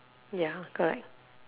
ya correct